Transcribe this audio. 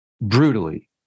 brutally